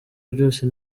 byose